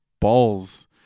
balls